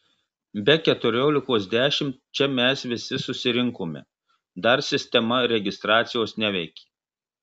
be keturiolikos dešimt čia mes visi susirinkome dar sistema registracijos neveikė